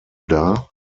dar